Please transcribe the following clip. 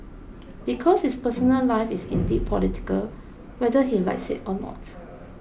because his personal life is indeed political whether he likes it or not